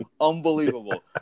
Unbelievable